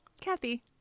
kathy